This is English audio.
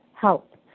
help